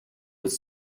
was